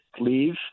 leave